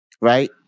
right